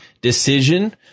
decision